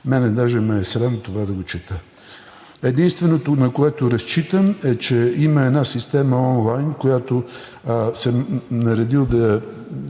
мен даже ме е срам това да го чета. Единственото, на което разчитам, е, че има една система онлайн. Наредил съм